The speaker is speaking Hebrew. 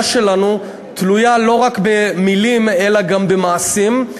שלנו תלוי לא רק במילים אלא גם במעשים.